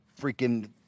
freaking